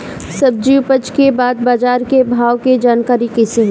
सब्जी उपज के बाद बाजार के भाव के जानकारी कैसे होई?